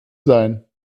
sein